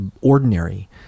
ordinary